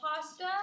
pasta